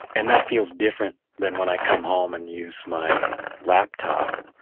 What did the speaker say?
and that feels different than when i come home and use my laptop.